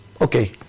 okay